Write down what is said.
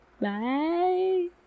bye